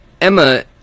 Emma